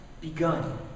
begun